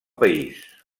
país